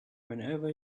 whenever